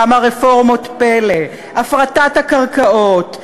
כמה רפורמות פלא: הפרטת הקרקעות,